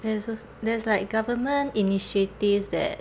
there's also there's like government initiatives that